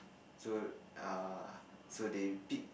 so err so they pick